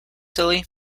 silly